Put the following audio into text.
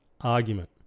argument